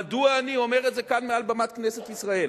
מדוע אני אומר את זה כאן מעל במת כנסת ישראל?